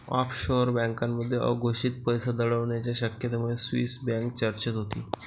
offshore बँकांमध्ये अघोषित पैसा दडवण्याच्या शक्यतेमुळे स्विस बँक चर्चेत होती